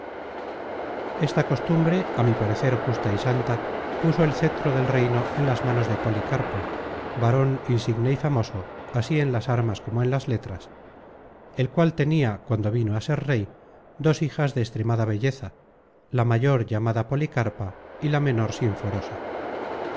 esta costumbre á mi parecer justa y santa puso el cetro del reino en las manos de policarpo varon insigne y famoso así en las armas como en las letras el cual tenia cuando vino á ser rey dos hijas de extremada belleza la mayor llamada policarpa y la menor sinforosa